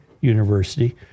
University